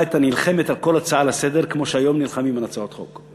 הייתה נלחמת על כל הצעה לסדר-היום כמו שהיום נלחמים על הצעות חוק.